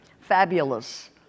Fabulous